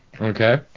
Okay